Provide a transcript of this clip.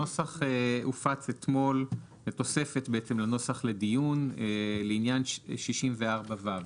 הנוסח הופץ אתמול כתוספת בעצם לנוסח לדיון לעניין 64(ו),